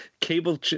cable